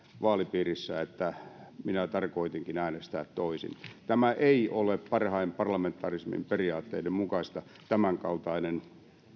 vaalipiirissä että minä tarkoitinkin äänestää toisin ei ole parhaan parlamentarismin periaatteiden mukaista tämänkaltainen